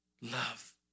love